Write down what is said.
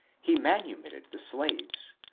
he manumitted the slaves,